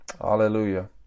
Hallelujah